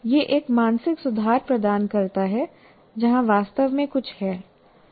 यह एक मानसिक सुधार प्रदान करता है जहां वास्तव में कुछ है